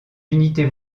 unités